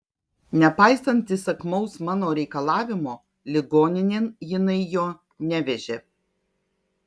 nepaisant įsakmaus mano reikalavimo ligoninėn jinai jo nevežė